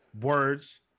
words